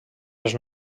les